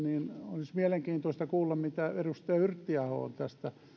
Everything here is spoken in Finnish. olisi mielenkiintoista kuulla mitä edustaja yrttiaho on tästä